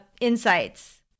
insights